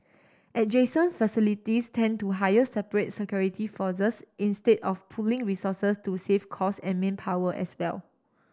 adjacent facilities tend to hire separate security forces instead of pooling resources to save cost and manpower as well